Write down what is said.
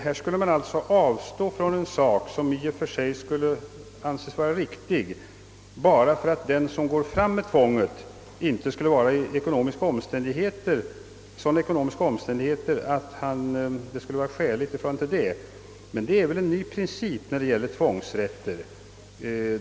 Här skulle man alltså avstå från en princip, som i och för sig anses vara riktig, bara för att den som går fram tvångsvis inte skulle vara i sådana ekonomiska omständigheter att han skulle kunna stå för kostnaderna. Detta är väl en ny princip när det gäller tvångsrätter.